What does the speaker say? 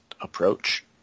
approach